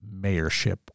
mayorship